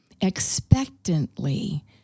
expectantly